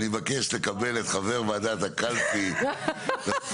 אני מבקש לקבל את חבר ועדת הקלפי לבחירות.